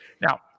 Now